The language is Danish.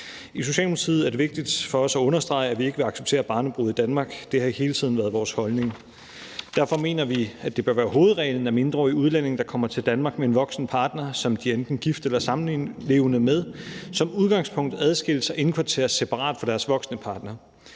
Socialdemokratiet at understrege, at vi ikke vil acceptere barnebrude i Danmark. Det har hele tiden været vores holdning. Derfor mener vi, at det bør være hovedreglen, at mindreårige udlændinge, der kommer til Danmark med en voksen partner, som de enten er gift eller samlevende med, som udgangspunkt adskilles og indkvarteres separat fra deres voksne partner.